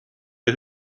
der